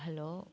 hello